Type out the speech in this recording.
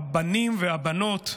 הבנים והבנות,